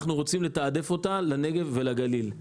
אנחנו רוצים לתעדף אותה לנגב ולגליל.